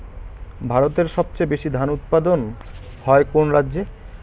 ভারতের সবচেয়ে বেশী ধান উৎপাদন হয় কোন রাজ্যে?